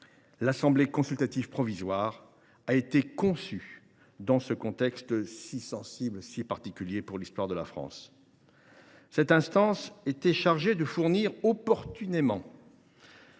L’Assemblée consultative provisoire a été conçue dans ce contexte si sensible, si particulier pour l’histoire de la France. Elle était opportunément